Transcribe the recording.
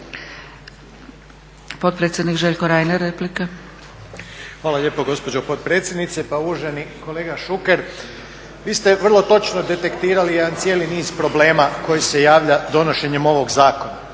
**Reiner, Željko (HDZ)** Hvala lijepo gospođo potpredsjednice. Pa uvaženi kolega Šuker vi ste vrlo točno detektirali jedan cijeli niz problema koji se javlja donošenjem ovog zakona.